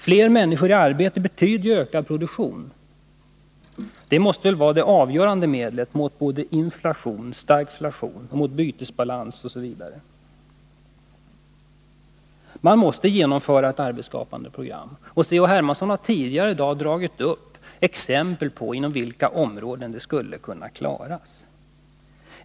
Fler människor i arbete betyder ju ökad produktion. Det måste vara det avgörande medlet mot både inflation, stagflation och underskott i bytesbalansen osv. Man måste genomföra ett arbetsskapande program. C.-H. Hermansson har tidigare i dag redogjort för inom vilka områden det skulle kunna klaras.